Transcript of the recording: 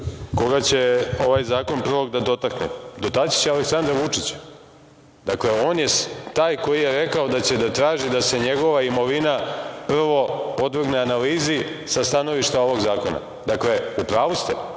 Koga će ovaj zakon prvo da dotakne? Dotaći će Aleksandra Vučića. Dakle, on je taj koji je rekao da će da traži da se njegova imovina prvo podvrgne analizi sa stanovišta ovog zakona. Dakle, u pravu ste.